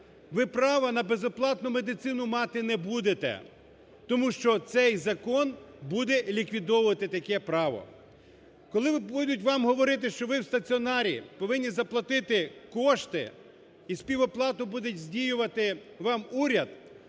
Ви право на безоплатну медицину мати не будете, тому що цей закон буде ліквідовувати таке право. Коли будуть вам говорити, що ви у стаціонарі повинні заплатити кошти, і співоплату буде здійснювати вам уряд,